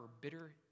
bitter